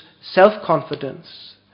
self-confidence